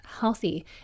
healthy